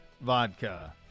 Vodka